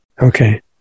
Okay